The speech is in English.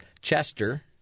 Chester